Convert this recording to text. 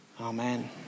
Amen